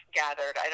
gathered